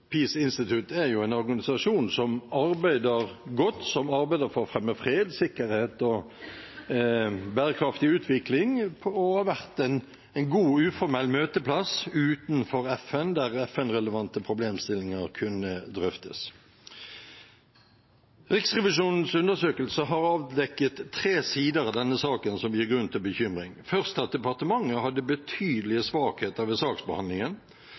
er en organisasjon som arbeider godt, som arbeider for å fremme fred, sikkerhet og bærekraftig utvikling, og som har vært en god og uformell møteplass utenfor FN der FN-relevante problemstillinger kunne drøftes. Riksrevisjonens undersøkelser har avdekket tre sider av denne saken som gir grunn til bekymring: Først er det at departementet hadde betydelige svakheter ved saksbehandlingen,